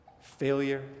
failure